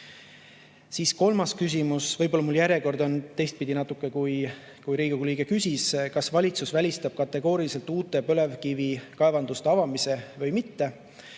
Siis kolmas küsimus, võib-olla mul on järjekord natuke teistpidi, kui Riigikogu liige küsis: "Kas valitsus välistab kategooriliselt uute põlevkivikaevanduste avamise või mitte?"